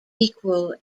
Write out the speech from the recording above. equal